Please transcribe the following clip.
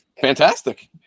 fantastic